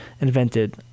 invented